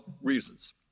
reasons